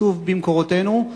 כתוב במקורותינו,